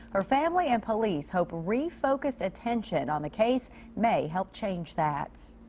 her family and police hope refocused attention on the case may help change that.